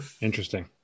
interesting